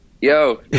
yo